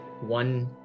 one